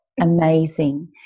Amazing